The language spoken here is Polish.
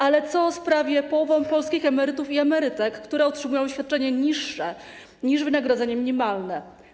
Ale co z prawie połową polskich emerytów i emerytek, którzy otrzymują świadczenie niższe niż wynagrodzenie minimalne?